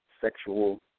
sexual